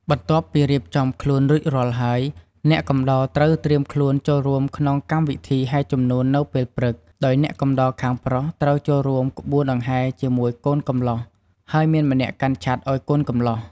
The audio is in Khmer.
បន្ទាប់ពីរៀបចំខ្លួនរួចរាល់ហើយ អ្នកកំដរត្រូវត្រៀមខ្លួនចូលរួមក្នុងកម្មវិធីហែរជំនូននៅពេលព្រឹក ដោយអ្នកកំដរខាងប្រុសត្រូវចូលរួមក្បួនដង្ហែរជាមួយកូនកម្លោះ ហើយមានម្នាក់កាន់ឆ័ត្រឱ្យកូនកម្លោះ។